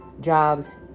Jobs